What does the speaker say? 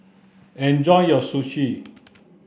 enjoy your Sushi